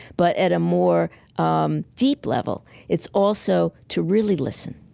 but at a more um deep level, it's also to really listen,